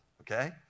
Okay